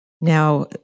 Now